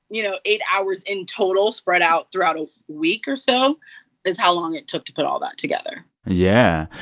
you know, eight hours in total spread out throughout a week or so is how long it took to put all that together yeah.